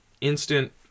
instant